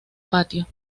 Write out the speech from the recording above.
patio